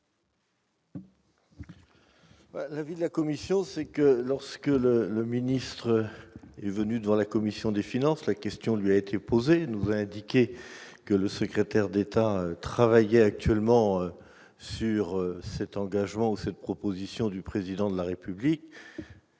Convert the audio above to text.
L'avis de la commission, c'est que lorsque le le ministre est venue devant la commission des finances, la question lui a été posée, nous a indiqué que le secrétaire d'État travaille actuellement sur cet engagement, cette proposition du président de la République,